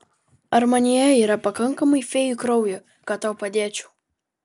ar manyje yra pakankamai fėjų kraujo kad tau padėčiau